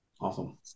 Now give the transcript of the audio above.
awesome